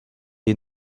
est